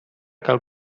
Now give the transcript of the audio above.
cal